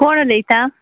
कोण उलयता